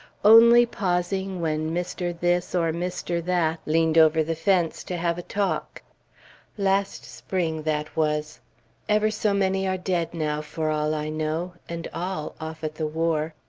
only pausing when mr. this or mr. that leaned over the fence to have a talk last spring, that was ever so many are dead now, for all i know, and all off at the war.